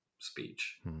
speech